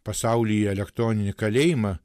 pasaulyje elektroninį kalėjimą